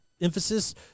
emphasis